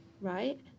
Right